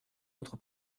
autre